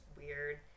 weird